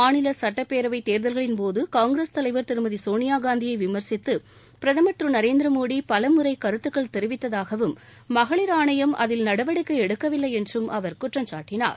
மாநில சுட்டப்பேரவை தேர்தல்களின்போது காங்கிரஸ் தலைவர் திருமதி சோனியா காந்தியை விமர்சித்து பிரதமர் திரு நரேந்திரமோடி பலமுறை கருத்துக்கள் தெரிவித்ததாகவும் மகளிர் ஆணையம் அதில் நடவடிக்கை எடுக்கவில்லை என்றும் அவர் குற்றம்சாட்டினார்